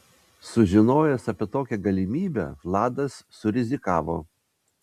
sužinojęs apie tokią galimybę vladas surizikavo